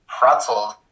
pretzels